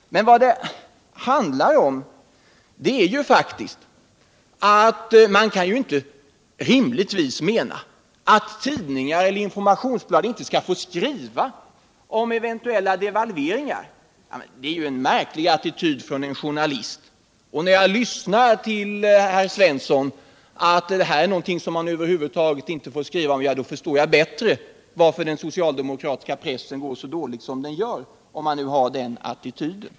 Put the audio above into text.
Vad det här handlar om är faktiskt att tidningar eller informationsblad inte skall få skriva om eventuella devalveringar. Det är en märklig attityd från en journalist. När jag lyssnar till vad Olle Svensson säger om att detta över huvud taget är någonting man inte får skriva om, så förstår jag bättre varför den socialdemokratiska pressen går så dåligt som den gör.